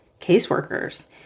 caseworkers